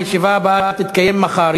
הישיבה הבאה תתקיים מחר,